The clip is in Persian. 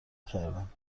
کردم